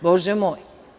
Bože moj.